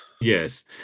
yes